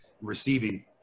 receiving